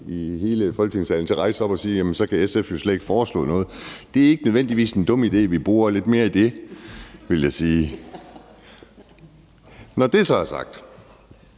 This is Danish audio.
i hele Folketingssalen til at rejse sig op og sige: Jamen så kan SF jo slet ikke foreslå noget. Det er ikke nødvendigvis en dum idé, at vi borer lidt mere i det, vil jeg sige. Når det så er sagt,